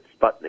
Sputnik